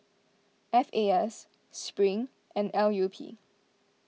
F A S Spring and L U P